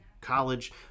college